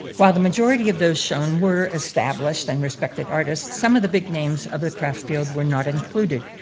while the majority of those shown were established and respected artists, some of the big names of the craft field were not included,